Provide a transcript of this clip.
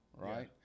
Right